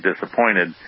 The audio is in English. disappointed